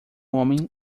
homem